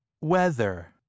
Weather